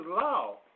law